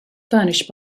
furnished